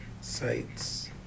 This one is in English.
sites